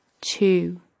Two